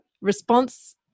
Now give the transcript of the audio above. response